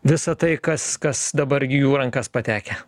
vis tai kas kas dabar į jų rankas patekę